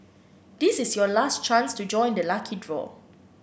this is your last chance to join the lucky draw